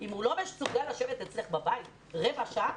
שאם הוא לא מסוגל לשבת אצלה בבית רבע שעה,